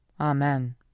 Amen